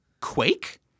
Quake